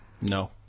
No